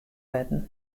wurden